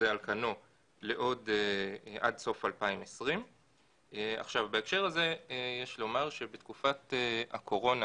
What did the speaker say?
על כנו עד סוף 2020. בהקשר הזה יש לומר שבתקופת הקורונה,